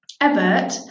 Ebert